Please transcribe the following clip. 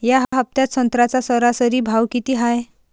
या हफ्त्यात संत्र्याचा सरासरी भाव किती हाये?